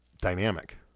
dynamic